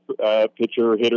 pitcher-hitter